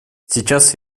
сейчас